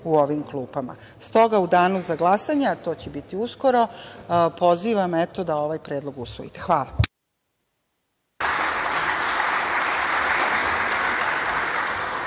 u ovim klupama. S toga u danu za glasanje, a to će biti uskoro, pozivam da ovaj predlog usvojite. Hvala.